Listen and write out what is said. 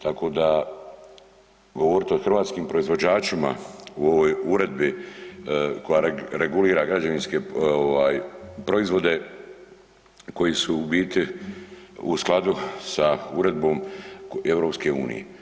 Tako da govorite o hrvatskim proizvođačima o ovoj uredbi koja regulira građevinske ovaj proizvode koji su u biti u skladu sa uredbom EU.